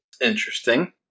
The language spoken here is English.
Interesting